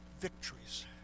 victories